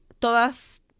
todas